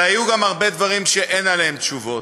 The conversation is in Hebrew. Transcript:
אבל היו גם הרבה דברים שאין עליהם תשובות.